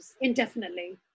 indefinitely